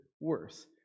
worse